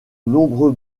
nombreux